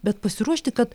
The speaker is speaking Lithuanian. bet pasiruošti kad